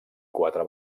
quatre